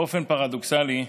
באופן פרדוקסלי,